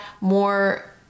more